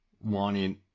wanting